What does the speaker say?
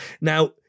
Now